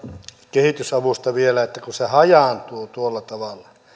kehitysavusta vielä että kun se hajaantuu tuolla tavalla siitä